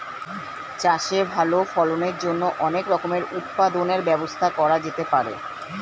চাষে ভালো ফলনের জন্য অনেক রকমের উৎপাদনের ব্যবস্থা করা যেতে পারে